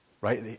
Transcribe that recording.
right